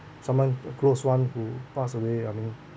someone a close [one] who passed away I mean